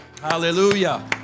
hallelujah